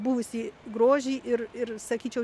buvusį grožį ir ir sakyčiau